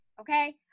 Okay